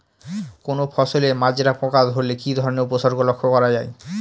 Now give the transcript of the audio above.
কোনো ফসলে মাজরা পোকা ধরলে কি ধরণের উপসর্গ লক্ষ্য করা যায়?